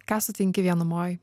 ką sutinki vienumoj